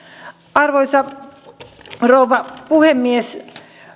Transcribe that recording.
arvoisa rouva puhemies